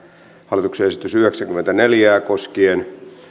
hallituksen esitys yhdeksääkymmentäneljää koskien